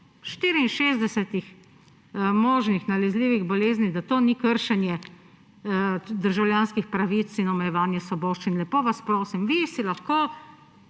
64 možnih nalezljivih bolezni, da to ni kršenje državljanskih pravic in omejevanja svoboščin. Lepo vas prosim! Vi si lahko